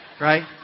right